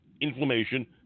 inflammation